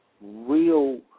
real